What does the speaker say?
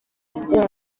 ubu